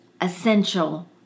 essential